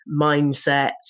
mindset